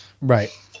Right